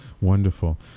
Wonderful